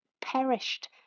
perished